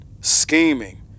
scheming